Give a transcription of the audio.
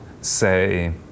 say